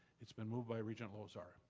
it's been moved by regent lozar.